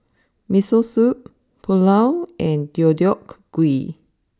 Miso Soup Pulao and Deodeok Gui